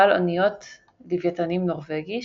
בעל אוניות-לווייתנים נורווגי,